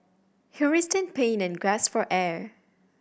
he writhed in pain and gasped for air